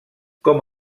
com